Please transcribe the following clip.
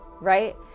right